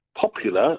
popular